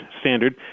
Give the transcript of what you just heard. standard